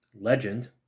Legend